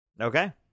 Okay